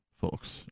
folks